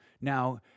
now